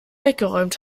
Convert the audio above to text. weggeräumt